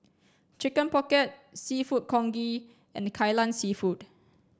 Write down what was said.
chicken pocket seafood congee and Kai Lan Seafood